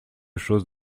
chose